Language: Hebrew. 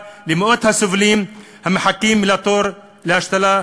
למאות הסובלים המחכים בתור להשתלה,